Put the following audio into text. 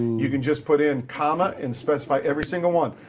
you can just put in comma and specify every single one.